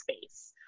space